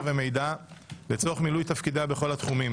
ומידע לצורך מילוי תפקידה בכל התחומים: